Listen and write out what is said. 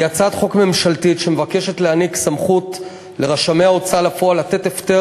היא הצעת חוק ממשלתית שמבקשת להעניק סמכות לרשמי ההוצאה לפועל לתת הפטר